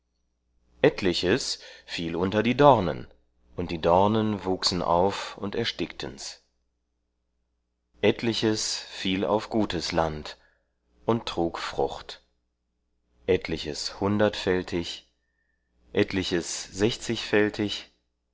etliches fiel unter die dornen und die dornen wuchsen auf und erstickten's etliches fiel auf gutes land und trug frucht etliches hundertfältig etliches